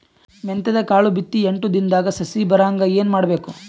ಮೆಂತ್ಯದ ಕಾಳು ಬಿತ್ತಿ ಎಂಟು ದಿನದಾಗ ಸಸಿ ಬರಹಂಗ ಏನ ಮಾಡಬೇಕು?